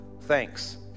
thanks